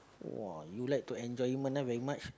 !wah! you like to enjoyment ah very much